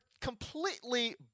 completely